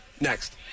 next